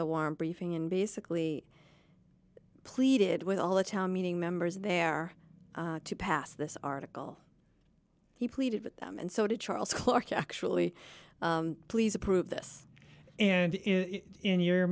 the warm briefing and basically pleaded with all the town meeting members there to pass this article he pleaded with them and so did charles clarke actually please approve this and in your